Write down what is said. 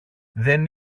δεν